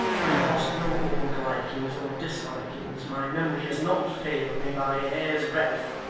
i have lost no old likings or dislikings my memory has not failed me by a hair's-breadth.